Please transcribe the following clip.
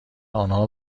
آنها